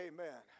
Amen